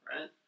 right